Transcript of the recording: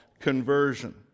conversion